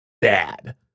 bad